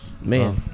man